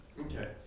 Okay